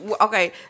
okay